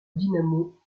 dinamo